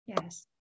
yes